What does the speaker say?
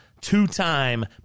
two-time